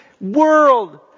world